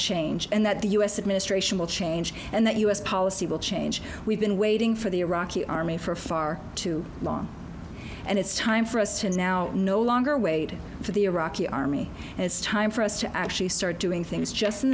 change and that the u s administration will change and that u s policy will change we've been waiting for the iraqi army for far too long and it's time for us to now no longer wait for the iraqi army and it's time for us to actually start doing things just in